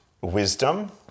wisdom